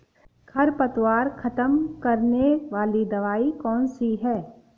खरपतवार खत्म करने वाली दवाई कौन सी है?